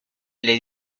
les